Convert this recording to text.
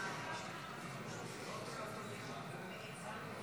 להלן תוצאות ההצבעה: